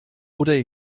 oder